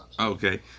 Okay